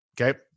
okay